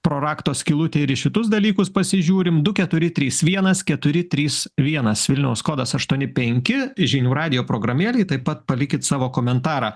pro rakto skylutę ir į šitus dalykus pasižiūrim du keturi trys vienas keturi trys vienas vilniaus kodas aštuoni penki žinių radijo programėlėj taip pat palikit savo komentarą